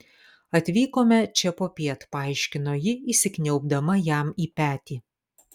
atvykome čia popiet paaiškino ji įsikniaubdama jam į petį